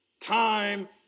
time